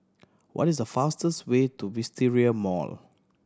what is the fastest way to Wisteria Mall